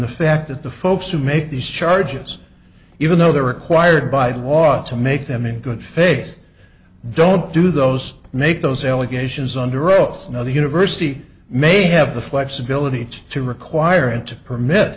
the fact that the folks who make these charges even though they're required by law to make them in good faith don't do those make those allegations under oath you know the university may have the flexibility to require him to